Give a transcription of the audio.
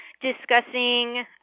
discussing